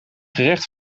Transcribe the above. gerecht